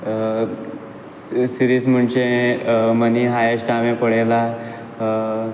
series म्हणजे Money Heist हांवें पळयलां